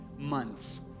months